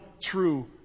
true